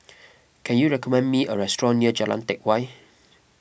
can you recommend me a restaurant near Jalan Teck Whye